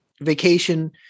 Vacation